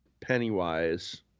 Pennywise